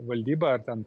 valdyba ar ten